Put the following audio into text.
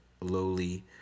lowly